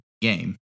game